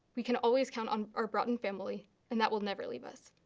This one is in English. we can always count on our broughton family and that will never leave us.